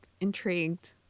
intrigued